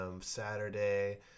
Saturday